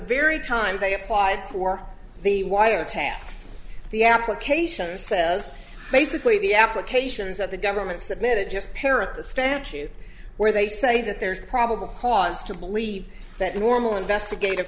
very time they applied for the wiretap the application says basically the applications that the government submitted just parrot the statute where they say that there is probable cause to believe that normal investigative